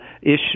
issue